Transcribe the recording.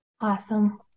Awesome